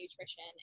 nutrition